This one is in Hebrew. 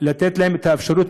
לתת להם אפשרות,